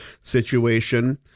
situation